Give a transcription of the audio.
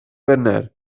gwener